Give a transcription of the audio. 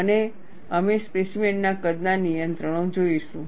અને અમે સ્પેસીમેન ના કદના નિયંત્રણો જોશું